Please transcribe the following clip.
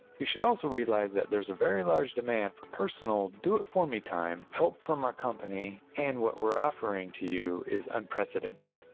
you should also realize that there's a very large demand for personal do-it-for-me time help from our company and what we're offering to you is unprecedented.